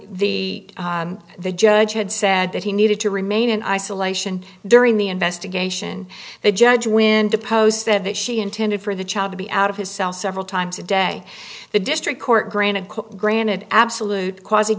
court the judge had said that he needed to remain in isolation during the investigation the judge when deposed that she intended for the child to be out of his cell several times a day the district court granted granted absolute